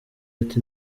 ati